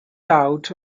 out